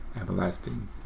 everlasting